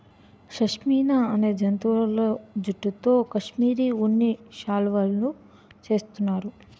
షష్మినా అనే జంతువుల జుట్టుతో కాశ్మిరీ ఉన్ని శాలువులు చేస్తున్నారు